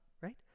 right